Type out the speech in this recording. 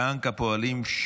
בנק הפועלים,